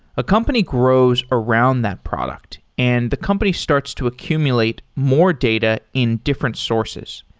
a company grows around that product and the company starts to accumulate more data in different sources.